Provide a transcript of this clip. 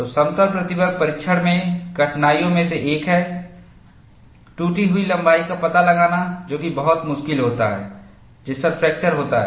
तो समतल प्रतिबल परीक्षण में कठिनाइयों में से एक है टूटी हुई लंबाई का पता लगाना जो कि बहुत मुश्किल होता है जिस पर फ्रैक्चर होता है